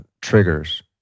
triggers